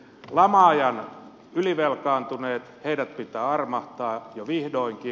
lama ajan ylivelkaantuneet pitää armahtaa vihdoinkin